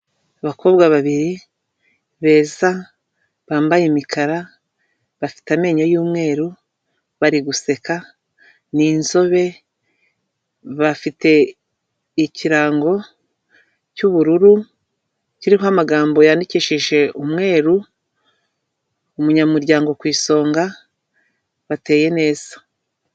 Iyi ni ingorofani yifashishwa na bamwe mu batwara imizigo, aho ishyirwamo ibiba biremereye cyane badashobora kwikorera nk'imifuka, amakarito menshi ndetse n'ibindi.